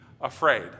afraid